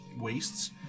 wastes